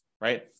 right